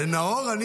לנאור?